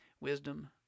Wisdom